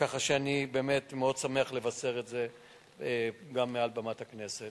ככה שאני באמת מאוד שמח לבשר את זה גם מעל במת הכנסת.